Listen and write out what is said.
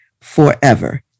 forever